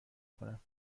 کنم